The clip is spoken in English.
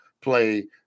play